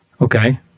Okay